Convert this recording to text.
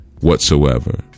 whatsoever